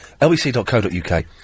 lbc.co.uk